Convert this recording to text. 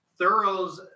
thoroughs